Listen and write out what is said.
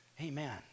Amen